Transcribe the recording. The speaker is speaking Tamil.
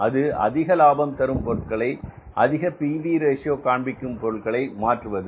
அது அதிக லாபம் தரும் பொருட்களை அதிக P V ratio PV Ratio காண்பிக்கும் பொருட்களுக்கு மாற்றுவது